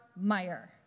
Meyer